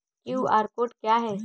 QR code क्या है?